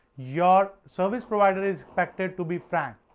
your service provider is expected to be frank,